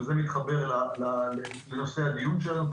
וזה מתחבר לנושא הדיון של היום,